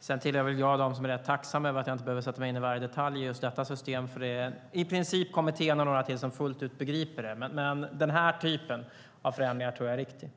Sedan tillhör väl jag dem som är rätt tacksamma över att inte behöva sätta sig in i varje detalj i just detta system, för det är i princip bara kommittén och några till som fullt ut begriper det. Denna typ av förändring tror jag dock är riktig.